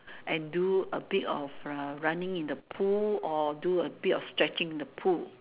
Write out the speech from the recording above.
and do a bit of uh running in the pool or do a bit of stretching in the pool